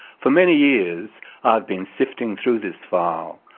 for many years i have been sifting through this file,